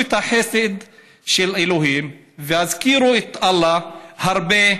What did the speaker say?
את החסד של אלוהים והזכירו את אללה הרבה,